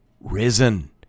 risen